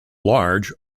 large